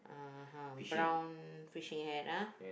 (uh huh) brown fishing hat ah